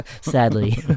sadly